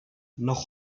noch